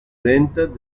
rentas